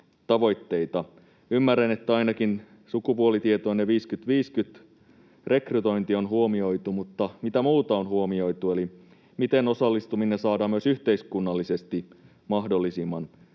Ymmärrän, että ainakin sukupuolitietoinen 50—50-rekrytointi on huomioitu, mutta mitä muuta on huomioitu, eli miten osallistuminen saadaan myös yhteiskunnallisesti mahdollisimman